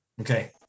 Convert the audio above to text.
Okay